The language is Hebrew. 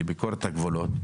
לביקורת הגבולות,